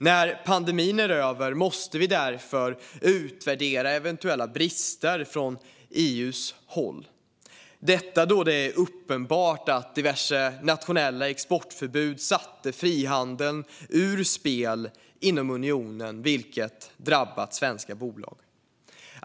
När pandemin är över måste vi därför utvärdera eventuella brister från EU:s håll då det är uppenbart att diverse nationella exportförbud satte frihandeln ur spel inom unionen, vilket har drabbat svenska bolag.